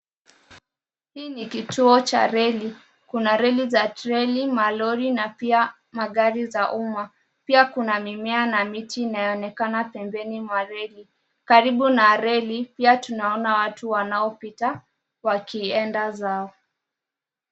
Hii ni kituo cha reli. Kuna reli za treli, malori na pia magari za umma. Pia kuna mimea na miti inayaonekana pembeni mwa reli. Karibu na reli pia tunaona watu wanaopita wakienda zao.